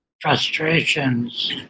frustrations